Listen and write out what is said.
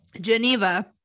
Geneva